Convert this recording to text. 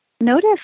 notice